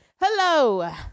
Hello